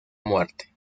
muerte